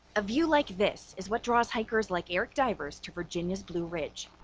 a view like this is what draws hikers like eric divers to virginia's blue ridge.